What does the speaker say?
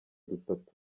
dutatu